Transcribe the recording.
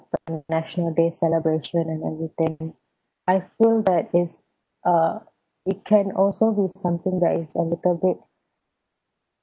the national day celebration and everything I think that is uh it can also be something that is a little bit